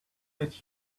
let